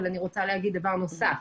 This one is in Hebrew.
אבל אני רוצה לומר דבר נוסף.